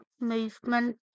movement